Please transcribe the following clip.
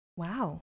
wow